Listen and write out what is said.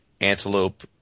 antelope